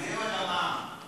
יחזירו את המע"מ.